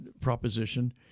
proposition